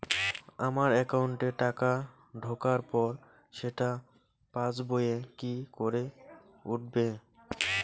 আমার একাউন্টে টাকা ঢোকার পর সেটা পাসবইয়ে কি করে উঠবে?